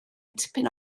tipyn